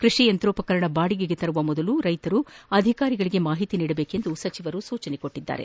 ಕೃಷಿ ಯಂತ್ರೋಪಕರಣ ಬಾಡಿಗೆಗೆ ತರುವ ಮುನ್ನ ರೈತರು ಅಧಿಕಾರಿಗಳಿಗೆ ಮಾಹಿತಿ ನೀಡಬೇಕು ಎಂದು ಸಚಿವರು ಸೂಚಿಸಿದ್ದಾರೆ